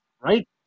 Right